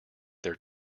their